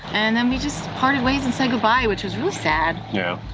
and then we just parted ways and said goodbye, which was really sad. yeah,